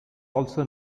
also